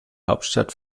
hauptstadt